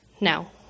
Now